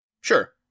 Sure